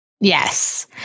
yes